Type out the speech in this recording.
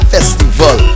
Festival